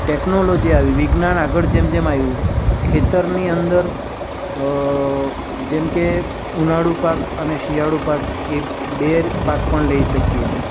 technology આવી વિજ્ઞાન આગળ જેમ જેમ આવ્યું ખેતરની અંદર જેમ કે ઉનાળુ પાક અને શિયાળુ પાક એ બે પાક પણ લઈ શકીએ